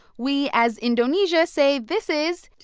we, as indonesia, say this is.